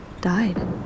died